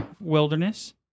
Wilderness